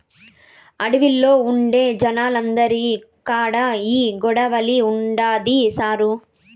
అడవిలో ఉండే జనాలందరి కాడా ఈ కొడవలి ఉండాది సారూ